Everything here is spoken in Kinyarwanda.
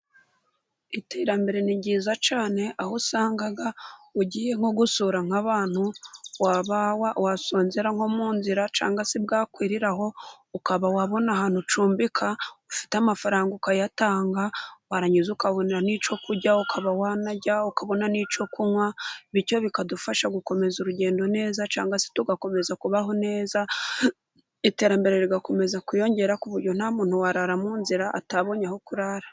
Iterambere ni ryiza cyane, aho usanga ugiye nko gusura nk'abantu ,waba wasonzera nko mu nzira cyangwa se bwakwiriraho ukaba wabona ahantu ucumbika, ufite amafaranga ukayatanga, warangiza ukabona n'icyo kurya ,ukaba wanarya, ukabona n'icyo kunywa, bityo bikadufasha gukomeza urugendo neza ,cyangwa se tugakomeza kubaho neza, iterambere rigakomeza kwiyongera ,ku buryo nta muntu warara mu nzira atabonye aho kurara.